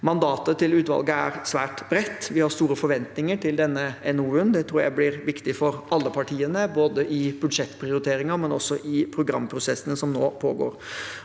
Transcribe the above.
Mandatet til utvalget er svært bredt, og vi har store forventninger til denne NOU-en. Det tror jeg blir viktig for alle partiene, ikke bare i budsjettprioriteringer, men også i programprosessene som nå pågår.